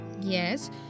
Yes